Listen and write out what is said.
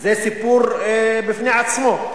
זה סיפור בפני עצמו.